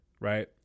right